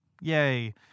yay